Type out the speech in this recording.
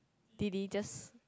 D_D just